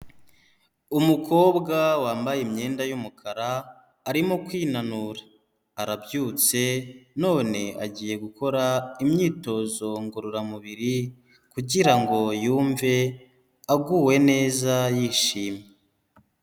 Umukobwa wambaye imyenda y'umukara arimo kwinanura, arabyutse none agiye gukora imyitozo ngororamubiri kugira ngo yumve aguwe neza yishimye.